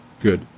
good